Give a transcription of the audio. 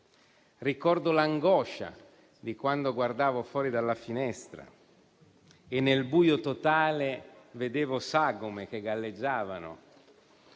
Ricordo l'angoscia di quando guardavo fuori dalla finestra e, nel buio totale, vedevo sagome che galleggiavano